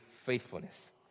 Faithfulness